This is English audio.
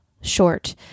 short